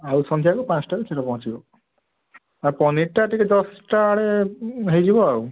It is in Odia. ଆଉ ସନ୍ଧ୍ୟାକୁ ପାଞ୍ଚଟାରେ କ୍ଷୀର ପହଁଞ୍ଚିବ ଆଉ ପନିରଟା ଟିକେ ଦଶଟା ଆଡ଼େ ହେଇଯିବ ଆଉ